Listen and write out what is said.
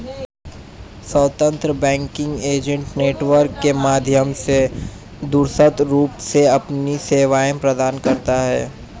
स्वतंत्र banking agent network के माध्यम से दूरस्थ रूप से अपनी सेवाएं प्रदान करता है